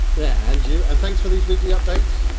yeah and you, and thanks for these weekly updates.